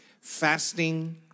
Fasting